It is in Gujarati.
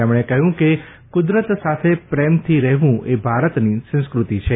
તેમણે કહ્યું કે કુદરત સાથે પ્રેમથી રહેવું એ ભારતની સંસ્ક્રતિ છે